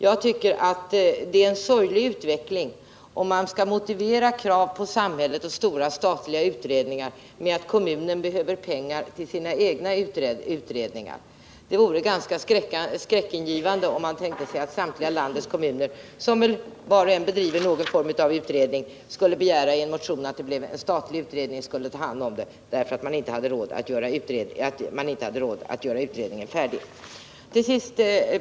Jag tycker det är en sorglig utveckling om man skall motivera krav på samhället i form av stora statliga utredningar med att kommunen behöver pengar till sina egna utredningar. Det vore ganska skräckingivande om landets samtliga kommuner, som väl var och en bedriver någon form av utredning, i motioner skulle begära statliga utredningar på grund av att man inte hade råd att fullfölja sina egna.